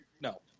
No